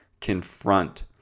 confront